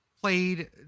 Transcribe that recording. Played